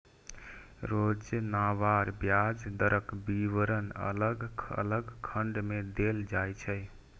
योजनावार ब्याज दरक विवरण अलग अलग खंड मे देल जाइ छै